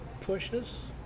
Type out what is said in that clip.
pushes